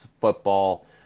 football